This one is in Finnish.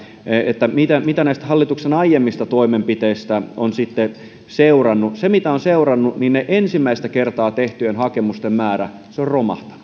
että mitä näistä hallituksen aiemmista toimenpiteistä on seurannut se mitä on seurannut on se että ensimmäistä kertaa tehtyjen hakemusten määrä on romahtanut